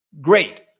great